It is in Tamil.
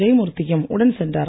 ஜெயமூர்த்தியும் உடன் சென்றார்